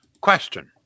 Question